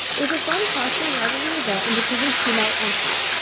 it was a fun cross-turned rivalry event and the cougars came out on top.